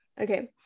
Okay